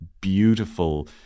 beautiful